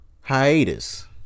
hiatus